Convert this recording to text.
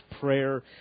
prayer